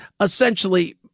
essentially